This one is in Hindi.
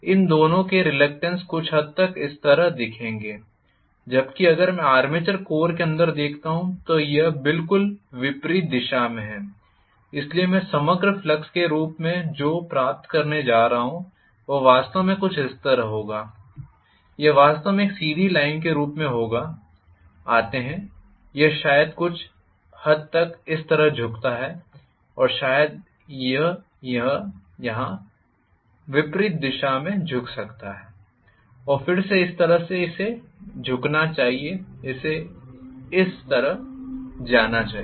इन दोनों के रिसल्टेंट कुछ हद तक इस तरह दिखेंगे जबकि अगर मैं आर्मेचर कोर के अंदर देखता हूं तो यह बिल्कुल विपरीत दिशा में है इसलिए मैं समग्र फ्लक्स के रूप में जो प्राप्त करने जा रहा हूं वह वास्तव में कुछ इस तरह होगा यह वास्तव में एक सीधी लाइन के रूप में होगा आते हैं यह शायद कुछ हद तक इस तरह झुकता है और शायद यहाँ यह विपरीत दिशा में झुक सकता है और फिर से इस तरह से इसे झुकना चाहिए इसे इस तरह जाना चाहिए